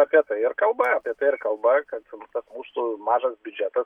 apie tai ir kalba apie tai ir kalba kad tas mūsų mažas biudžetas